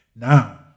now